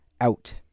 out